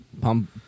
Pump